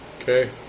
Okay